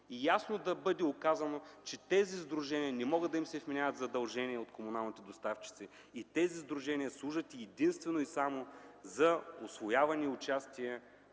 и ясно да бъде указано, че на тези сдружения не могат да им се вменяват задължения от комуналните доставчици и тези сдружения служат единствено и само за усвояване и участие